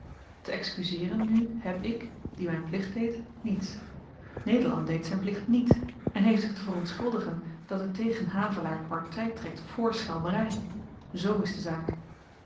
te excuzeeren nu heb ik die m'n plicht deed niets nederland deed z'n plicht niet en heeft zich te verontschuldigen dat het tegen havelaar party trekt voor schelmery zoo is de zaak